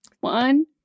one